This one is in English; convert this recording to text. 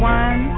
one